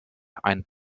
ein